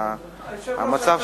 היושב-ראש,